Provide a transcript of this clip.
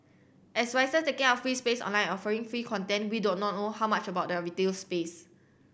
as writers taking up free space online offering free content we do not know or how much about their retail space